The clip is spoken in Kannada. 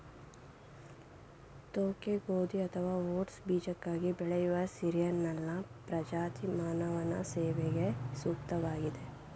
ತೋಕೆ ಗೋಧಿ ಅಥವಾ ಓಟ್ಸ್ ಬೀಜಕ್ಕಾಗಿ ಬೆಳೆಯುವ ಸೀರಿಯಲ್ನ ಪ್ರಜಾತಿ ಮಾನವನ ಸೇವನೆಗೆ ಸೂಕ್ತವಾಗಿದೆ